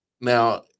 Now